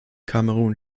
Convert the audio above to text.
kamerun